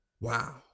Wow